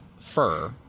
fur